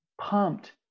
pumped